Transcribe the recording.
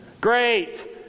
Great